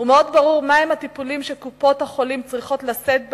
ומאוד ברור מהם הטיפולים שקופות-החולים צריכות לשאת בהם,